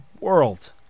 world